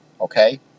Okay